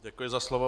Děkuji za slovo.